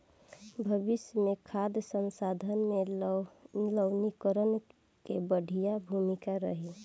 भविष्य मे खाद्य संसाधन में लवणीकरण के बढ़िया भूमिका रही